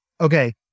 okay